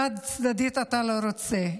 חד-צדדית, אתה לא רוצה,